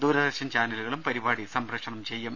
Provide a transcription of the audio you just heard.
ദൂര ദർശൻ ചാനലുകളും പരിപാടി സംപ്രേക്ഷണം ചെയ്യും